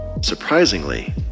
Surprisingly